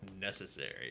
necessary